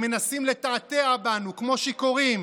הם מנסים לתעתע בנו כמו שיכורים.